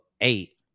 eight